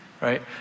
Right